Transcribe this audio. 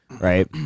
right